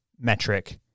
metric